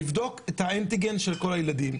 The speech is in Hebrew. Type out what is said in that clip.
ולבדוק את האנטיגן של כל הילדים.